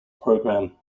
program